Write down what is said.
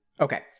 Okay